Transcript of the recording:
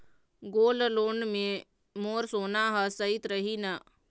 Gold loan मे मोर सोना हा सइत रही न?